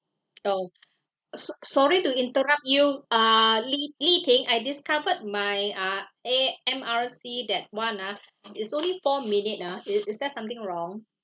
oh so~ sorry to interrupt you uh Li-Ting I discovered my uh A_M_R_C that one ah is only four minute nah is is there something wrong